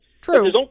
True